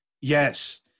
Yes